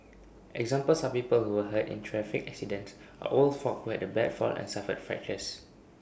examples are people who were hurt in traffic accidents or old folk who had A bad fall and suffered fractures